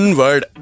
word